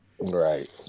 right